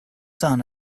son